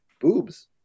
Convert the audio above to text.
boobs